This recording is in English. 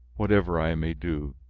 whatever i may do,